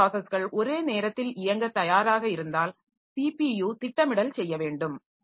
பல பிராஸஸ்கள் ஒரே நேரத்தில் இயங்கத் தயாராக இருந்தால் ஸிபியு திட்டமிடல் செய்ய வேண்டும்